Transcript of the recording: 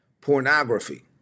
pornography